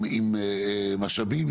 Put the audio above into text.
עם משאבים,